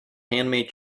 handmade